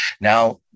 Now